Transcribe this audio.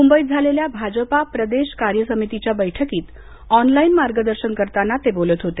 मुंबईत झालेल्या भाजपा प्रदेश कार्यसमितीच्या बैठकीत ऑनलाईन मार्गदर्शन करताना ते बोलत होते